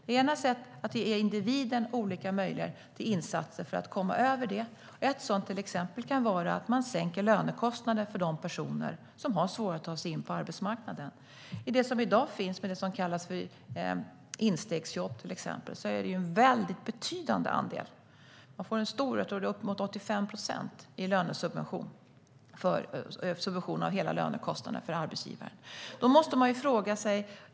Det ena sättet är att ge individen olika möjligheter till insatser för att komma över. En sådan kan vara att man sänker lönekostnaden för de personer som har svårt att ta sig in på arbetsmarknaden. Bland dem som i dag har instegsjobb är det en betydande andel som får uppemot 85 procent av arbetsgivarens hela lönekostnad i subvention.